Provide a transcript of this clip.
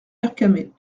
vercamer